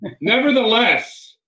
Nevertheless